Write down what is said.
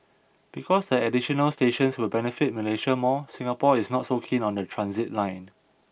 because the additional stations will benefit Malaysia more Singapore is not so keen on the transit line